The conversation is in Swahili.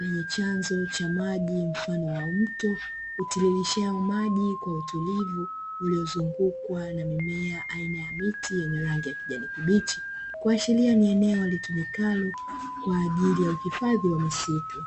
lenye chanzo cha maji mfano wa mto utiririshao maji kwa utulivu uliozungukwa na mimea aina ya miti yenye rangi ya kijani kibichi, kuashiria ni eneo litumikalo kwa ajili ya kuhifadhi wa misitu.